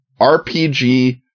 RPG